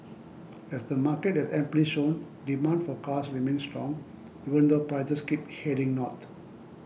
as the market has amply shown demand for cars remains strong even though prices keep heading north